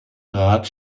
rat